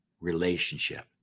relationship